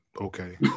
Okay